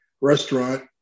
restaurant